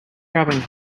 travelling